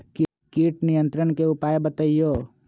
किट नियंत्रण के उपाय बतइयो?